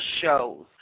shows